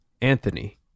Anthony